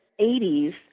80s